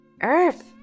Earth